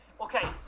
okay